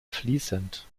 fließend